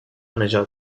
نجات